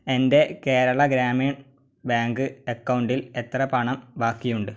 എൻ്റെ കേരള ഗ്രാമീൺ ബാങ്ക് അക്കൗണ്ടിൽ എത്ര പണം ബാക്കിയുണ്ട്